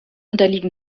unterliegen